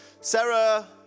Sarah